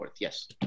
Yes